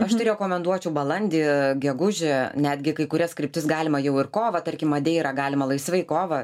aš tai rekomenduočiau balandį gegužę netgi kai kurias kryptis galima jau ir kovą tarkim madeirą galima laisvai kovą